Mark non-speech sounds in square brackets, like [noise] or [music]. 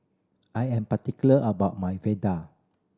I am particular about my [unintelligible]